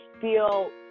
feel